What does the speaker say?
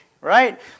right